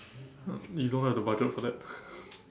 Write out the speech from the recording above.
uh you don't have the budget for that